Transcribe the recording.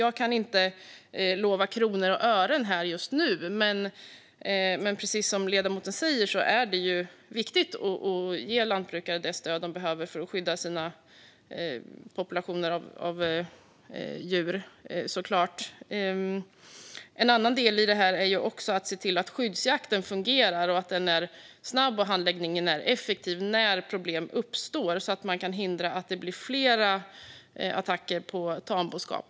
Jag kan inte lova kronor och ören just nu, men precis som ledamoten säger är det viktigt att ge lantbrukare det stöd de behöver för att skydda sina djurpopulationer. En annan del i detta är att se till att skyddsjakten fungerar, att den är snabb och att handläggningen är effektiv när problem uppstår, så att man kan hindra att det blir fler attacker på tamboskap.